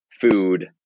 food